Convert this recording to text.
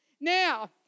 Now